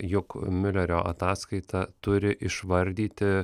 jog miulerio ataskaita turi išvardyti